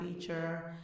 feature